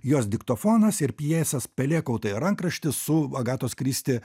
jos diktofonas ir pjesės pelėkautai rankraštis su agatos kristi